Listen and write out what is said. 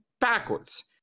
backwards